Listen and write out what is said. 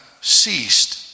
ceased